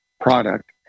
product